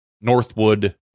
Northwood